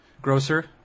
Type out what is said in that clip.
grocer